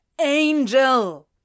Angel